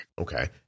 Okay